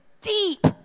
deep